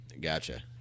gotcha